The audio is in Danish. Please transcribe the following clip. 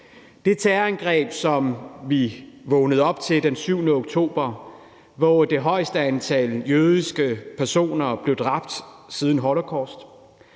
det terrorangreb, som vi vågnede op til den 7. oktober, hvor antallet af jødiske personer, der blev dræbt, var det højeste